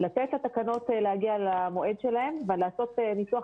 לתת לתקנות להגיע למועד שלהן ולעשות ניתוח